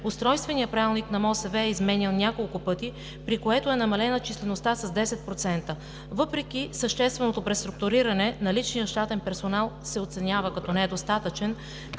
Устройственият правилник на МОСВ е изменян няколко пъти, при което е намалена числеността с 10%. Въпреки същественото преструктуриране, наличният щатен персонал се оценява като недостатъчен,